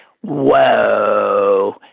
Whoa